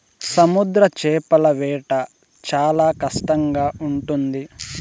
సముద్ర చేపల వేట చాలా కష్టంగా ఉంటుంది